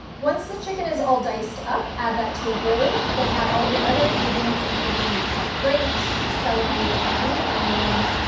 once the chicken is all diced up, add that the a bowl, then add all of your other ingredients, including the chopped grapes, celery, green onions,